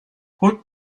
what